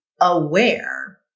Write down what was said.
aware